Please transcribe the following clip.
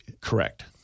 Correct